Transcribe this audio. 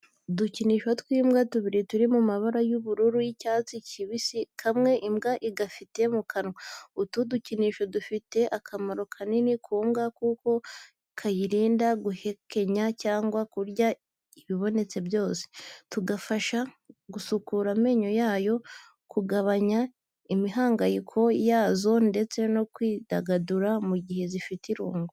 Udukinisho tw'imbwa tubiri turi mu mabara y'ubururu n'icyatsi kibisi, kamwe imbwa igafite mu kanwa. Utu dukinisho dufite akamaro kanini ku mbwa kuko kayirinda guhekenya cyangwa kurya ibibonetse byose, tugafasha gusukura amenyo yazo, kugabanya imihangayiko yazo ndetse no kwidagadura mu gihe zifite irungu.